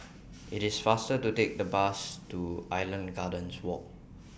IT IS faster to Take The Bus to Island Gardens Walk